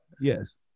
Yes